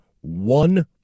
one